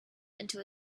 into